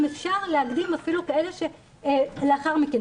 אפשר להקדים אפילו באיזה --- לאחר מכן.